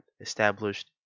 established